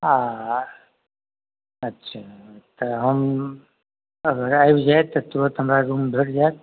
आ अच्छा तऽ हम आबि जाइ तऽ तुरत हमरा रूम भेट जायत